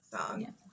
song